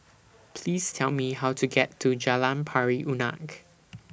Please Tell Me How to get to Jalan Pari Unak